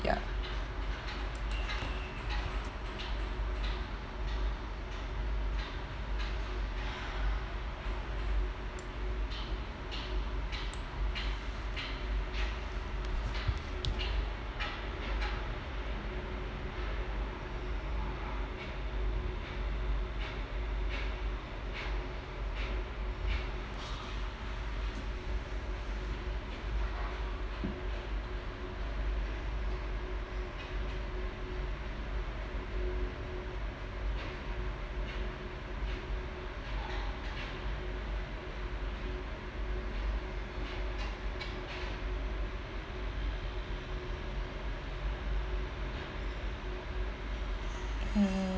ya